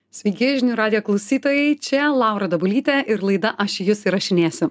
sveiki žinių radijo klausytojai čia laura dabulytė ir laida aš jus įrašinėsiu